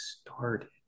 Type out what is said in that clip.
started